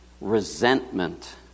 resentment